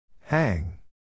Hang